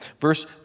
Verse